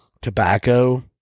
Tobacco